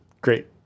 Great